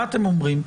מה אתם אומרים?